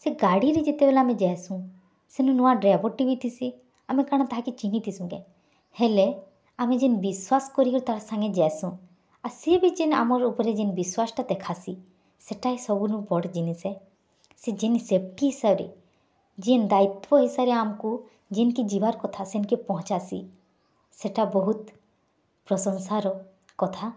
ସେ ଗାଡ଼ିରେ ଯତେବେଲେ ଆମେ ଯାଏସୁଁ ସେନେ ନୂଆ ଡ଼୍ରାଇଭର୍ ଟେ ବି ଥିସି ଆମେ କାଣା ତାହାକେ ଚିହ୍ନିଥିସୁଁ କେ ହେଲେ ଆମେ ଯେନ୍ ବିଶ୍ୱାସ କର୍କି ତାରସାଙ୍ଗେ ଯାଏସୁଁ ଆର୍ ସେ ବି ଯେନ୍ ଆମର୍ ଉପରେ ବିଶ୍ୱାସ୍ ଟା ଦେଖାସି ସେଟା ହି ସବୁନୁ ବଡ଼୍ ଜିନିଷ୍ ହେ ସେ ଜିନିଷ୍ ସରି ଯେନ୍ ଦାୟିତ୍ୱ ହିସାବେ ଆମ୍କୁ ଯେନ୍ କେ ଯିବାର୍ କଥା ସେନ୍କେ ପହଁଞ୍ଚାସି ସେଟା ବହୁତ୍ ପ୍ରଶଂସାର କଥା